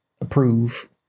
approve